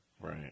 Right